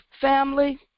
Family